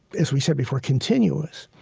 as we said before, continuous.